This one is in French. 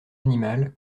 animal